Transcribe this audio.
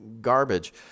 garbage